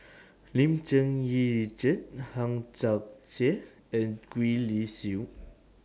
Lim Cherng Yih Richard Hang Chang Chieh and Gwee Li Sui